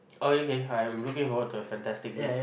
oh okay I'm looking forward to the fantastic beast